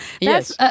Yes